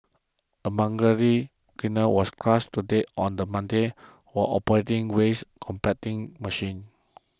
a cleaner was crushed to death on the Monday while operating waste compacting machine